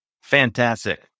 Fantastic